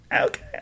okay